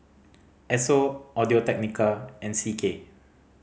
Esso Audio Technica and C K